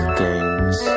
games